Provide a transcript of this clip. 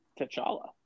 T'Challa